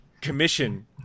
commission